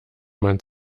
man